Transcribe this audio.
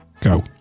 go